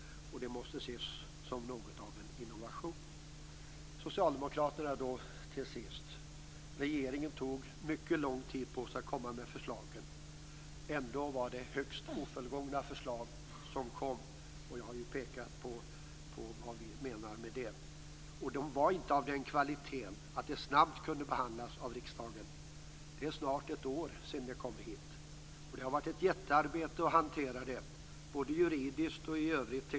Det måste ses som något av en innovation. När det till sist gäller socialdemokraterna tog regeringen mycket lång tid på sig för att komma med förslagen. Ändå var det högst ofullgångna förslag, och jag har ju pekat på vad jag menar med det. Förslagen var inte av den kvaliteten att de snabbt kunde behandlas av riksdagen. Det är snart ett år sedan de presenterades här, och det har varit jättearbete att hantera dem, både juridiskt och tekniskt.